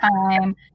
time